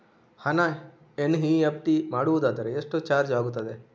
ಹಣ ಎನ್.ಇ.ಎಫ್.ಟಿ ಮಾಡುವುದಾದರೆ ಎಷ್ಟು ಚಾರ್ಜ್ ಆಗುತ್ತದೆ?